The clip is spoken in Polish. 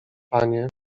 panie